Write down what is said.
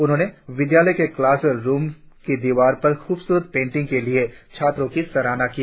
उन्होंने विद्यालय के क्लास रुम की दिवारो पर खुबसुरत पेंटिंग के लिए छात्रो की सराहना की